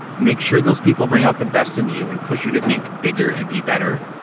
make sure those people bring out the best in you, and push you to think bigger and be better.